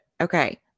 Okay